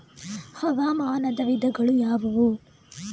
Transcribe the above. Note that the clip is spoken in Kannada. ಹವಾಮಾನದ ವಿಧಗಳು ಯಾವುವು?